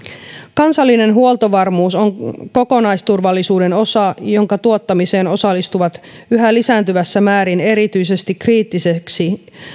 kansallinen huoltovarmuus on kokonaisturvallisuuden osa jonka tuottamiseen osallistuvat yhä lisääntyvässä määrin erityisesti kriittiseksi